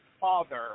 father